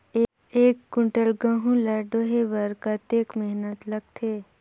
एक कुंटल गहूं ला ढोए बर कतेक मेहनत लगथे?